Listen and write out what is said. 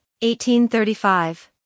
1835